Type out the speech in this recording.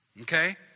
Okay